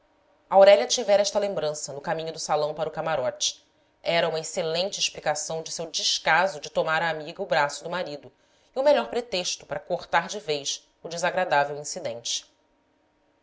aurélia tivera esta lembrança no caminho do salão para o camarote era uma excelente explicação de seu descaso de tomar à amiga o braço do marido e o melhor pretexto para cortar de vez o desagradável incidente